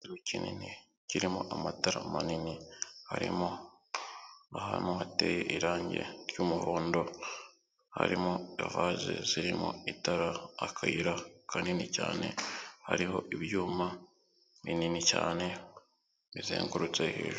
Ikizu kinini kirimo amatara manini, harimo ahantu hateye irangi ry'umuhondo, harimo ivaze zirimo itara, akayira kanini cyane, hariho ibyuma binini cyane bizengurutse hejuru.